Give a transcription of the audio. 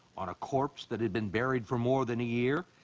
on a corpse that had been buried for more than a year.